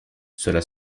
cela